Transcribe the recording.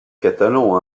catalan